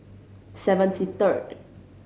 seventy third